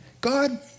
God